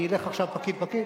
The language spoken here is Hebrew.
אני אלך עכשיו פקיד-פקיד?